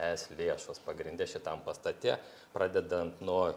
es lėšos pagrinde šitam pastate pradedant nuo